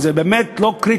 וזה לא באמת קריטי,